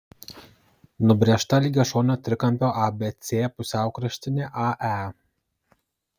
nubrėžta lygiašonio trikampio abc pusiaukraštinė ae